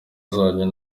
zanyu